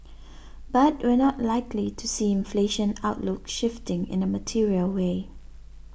but we're not likely to see inflation outlook shifting in a material way